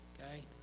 Okay